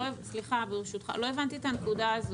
סליחה, לא הבנתי את הנקודה הזאת.